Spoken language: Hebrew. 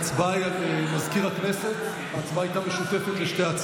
ההצבעה הייתה משותפת בגלל שהן